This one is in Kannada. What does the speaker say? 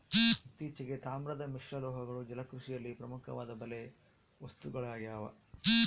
ಇತ್ತೀಚೆಗೆ, ತಾಮ್ರದ ಮಿಶ್ರಲೋಹಗಳು ಜಲಕೃಷಿಯಲ್ಲಿ ಪ್ರಮುಖವಾದ ಬಲೆ ವಸ್ತುಗಳಾಗ್ಯವ